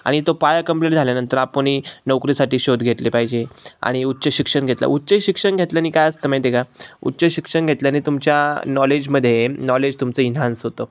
आणि तो पाया कंप्लीट झाल्यानंतर आपण नोकरीसाठी शोध घेतले पाहिजे आणि उच्च शिक्षण घेतलं उच्च शिक्षण घेतल्यानी काय असतं माहितीे आहे का उच्च शिक्षण घेतल्याने तुमच्या नॉलेजमध्येे नॉलेज तुमचं इन्हान्स होतं